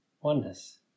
oneness